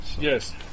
Yes